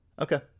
okay